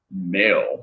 male